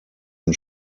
den